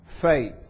faith